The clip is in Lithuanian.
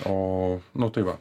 o nu tai va